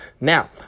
Now